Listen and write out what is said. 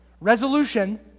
resolution